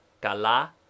kala